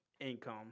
Income